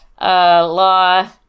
law